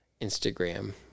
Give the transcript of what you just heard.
instagram